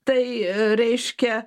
tai reiškia